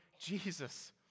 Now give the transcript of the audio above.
Jesus